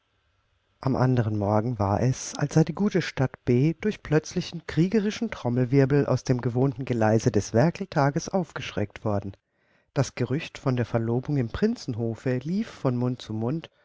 am anderen morgen war es als sei die gute stadt b durch plötzlichen kriegerischen trommelwirbel aus dem gewohnten geleise des werkeltages aufgeschreckt worden das gerücht von der verlobung im prinzenhofe lief von mund zu mund